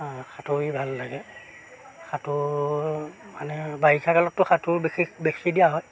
সাঁতুৰি ভাল লাগে সাঁতোৰ মানে বাৰিষাকালততো সাঁতোৰ বিশেষ বেছি দিয়া হয়